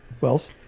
Wells